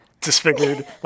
disfigured